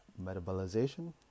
metabolization